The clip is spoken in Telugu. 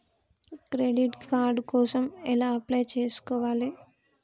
క్రెడిట్ కార్డ్ కోసం ఎలా అప్లై చేసుకోవాలి?